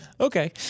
Okay